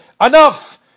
Enough